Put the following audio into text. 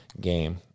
game